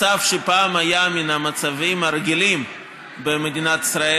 לגבי מצב שפעם היה מן המצבים הרגילים במדינת ישראל,